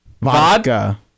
Vodka